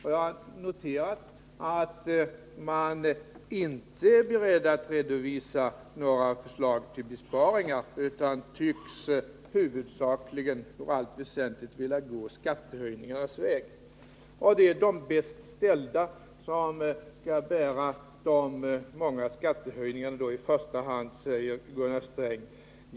Jag noterar att socialdemokraterna inte är beredda att redovisa några förslag till besparingar, utan de tycks huvudsakligen i allt väsentligt vilja gå skattehöjningarnas väg. Det är de bäst ställda som i första hand skall bära de många skattehöjningarna, säger Gunnar Sträng.